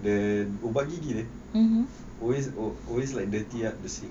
then ubat gig dia always always like dirty up the sink